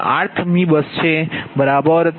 આ rth મી બસ છે બરાબર